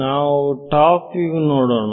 ನಾವು top view ನೋಡೋಣ